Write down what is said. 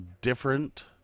different